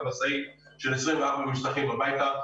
מחזיר את המשאית עם 24 משטחים הביתה?